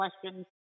questions